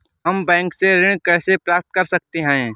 हम बैंक से ऋण कैसे प्राप्त कर सकते हैं?